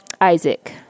Isaac